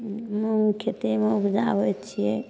मूर खेतेमे उपजाबैत छियै